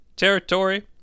Territory